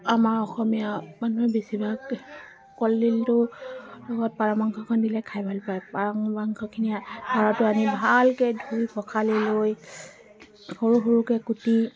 আমাৰ অসমীয়া মানুহে বেছিভাগ কলদিলটো লগত পাৰ মাংসকণ দিলে খাই ভাল পায় পাৰ মাংসখিনি পাৰটো আনি ভালকৈ ধুই পখালি লৈ সৰু সৰুকৈ কুটি